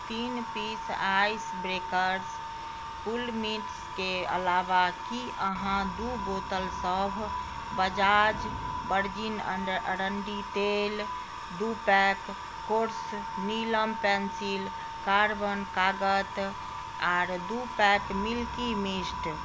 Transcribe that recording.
तीन piece ice breakers कूलमिंट्सके अलावा की अहाँ दू बोतलसभ बजाज वर्जिन अण्ड अरण्डी तेल दू pack Kores Neelam pencil carbon कागत आओर दू पैक मिल्की मिस्ट